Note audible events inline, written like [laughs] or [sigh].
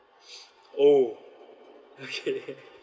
[noise] oh okay [laughs]